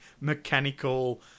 mechanical